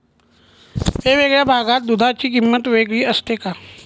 वेगवेगळ्या भागात दूधाची किंमत वेगळी असते का?